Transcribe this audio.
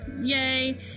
yay